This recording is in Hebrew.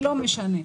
לא משנה.